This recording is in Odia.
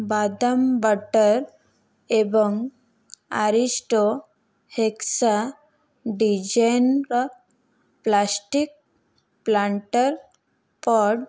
ବାଦାମ ବଟର୍ ଏବଂ ଆରିଷ୍ଟୋ ହେକ୍ସା ଡ଼ିଜାଇନ୍ର ପ୍ଲାଷ୍ଟିକ୍ ପ୍ଲାଣ୍ଟର୍